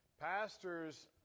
Pastors